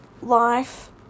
life